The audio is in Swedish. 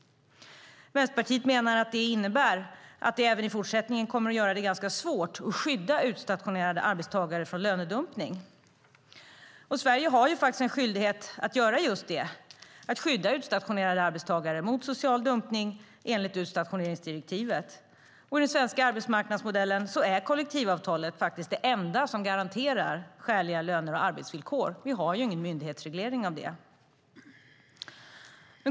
Vänsterpartiet menar att det innebär att det även i fortsättningen kommer att göra det ganska svårt att skydda utstationerade arbetare från lönedumpning. Sverige har en skyldighet att göra just det, alltså att skydda utstationerade arbetare mot social dumpning enligt utstationeringsdirektivet, och i den svenska arbetsmarknadsmodellen är kollektivavtalet det enda som garanterar skäliga löner och arbetsvillkor. Vi har ju ingen myndighetsreglering av det.